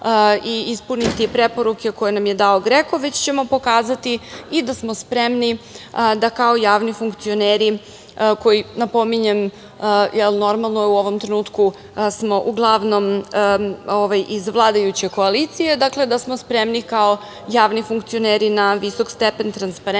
imamo i preporuke koje nam je dao GREKO, već ćemo pokazati i da smo spremni da kao javni funkcioneri koji, napominjem, normalno je, u ovom trenutku smo uglavnom iz vladajuće koalicije, dakle, da smo spremni kao javni funkcioneri na visok stepen transparentnosti